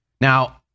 Now